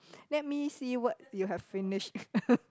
let me see what you have finished